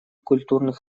культурных